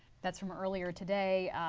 that's from earlier today.